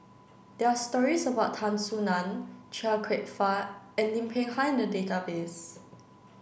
there are stories about Tan Soo Nan Chia Kwek Fah and Lim Peng Han in the database